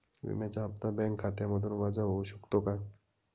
विम्याचा हप्ता बँक खात्यामधून वजा होऊ शकतो का?